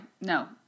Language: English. no